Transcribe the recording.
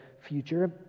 future